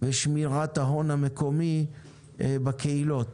ושמירת ההון המקומי בקהילות.